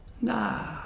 nah